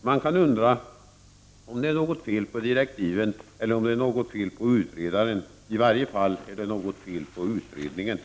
Man kan undra om det är något fel på direktiven eller om det är något fel på utredaren. I varje fall är det något fel på utredningen.